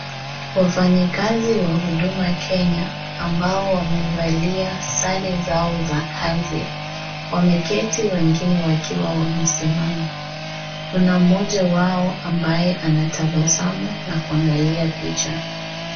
Wafanyikazi wa Huduma Kenya ambao wamevalia sare zao za kazi wameketi wengine wakiwa wamesimama. Kuna moja wao akiwa ametabasamu na kuangalia picha.